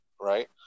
right